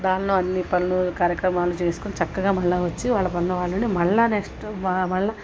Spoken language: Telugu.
దానిలో అన్ని పనులు కార్యక్రమాలు చేసుకుని చక్కగా మళ్ళీ వచ్చి వాళ్ళ పనిలో మళ్ళీ ఉండి మళ్ళీ నెక్స్ట్ మళ్ళీ